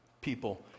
people